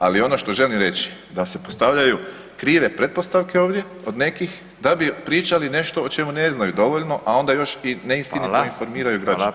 Ali ono što želim reći, da se nam postavljaju krive pretpostavke ovdje od nekih da bi pričali nešto o čemu ne znaju dovoljno a onda još i neistinito informiraju građane.